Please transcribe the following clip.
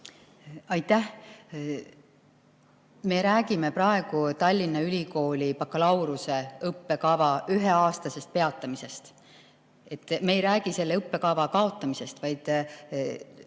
Aitäh! Me räägime praegu Tallinna Ülikooli bakalaureuse õppekava üheaastasest peatamisest. Me ei räägi selle õppekava kaotamisest.